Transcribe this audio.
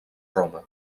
roma